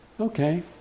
Okay